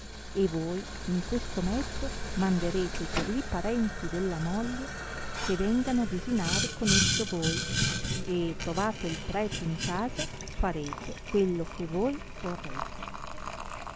e voi in questo mezzo manderete per li parenti della moglie che vengano a desinare con esso voi e trovato il prete in casa farete quello che voi vorrete